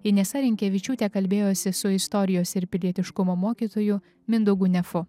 inesa rinkevičiūtė kalbėjosi su istorijos ir pilietiškumo mokytoju mindaugu nefu